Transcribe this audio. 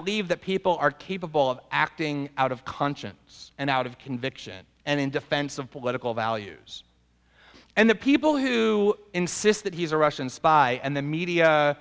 believe that people are capable of acting out of conscience and out of conviction and in defense of political values and the people who insist that he is a russian spy and the media